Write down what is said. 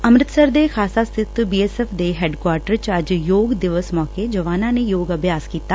ਅੰਮ੍ਰਿਤਸਰ ਦੇ ਖਾਸਾ ਸਥਿਤ B S F ਦੇ ਹੈੱਡਕੁਆਟਰ ਚ ਅੱਜ ਯੋਗ ਦਿਵਸ ਮੌਕੇ ਜਵਾਨਾਂ ਨੇ ਯੋਗ ਅਭਿਆਸ ਕੀਤਾ